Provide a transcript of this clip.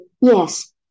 yes